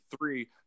three